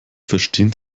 verstehen